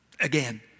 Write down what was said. Again